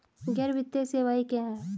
गैर वित्तीय सेवाएं क्या हैं?